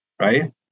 right